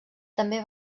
també